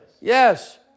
Yes